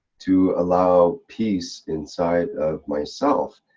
to allow peace inside of myself.